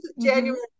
January